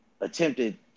attempted